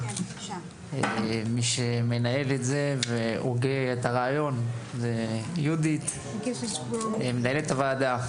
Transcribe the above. מי שמנהל את זה והוגה את הרעיון זו יהודית מנהלת הוועדה.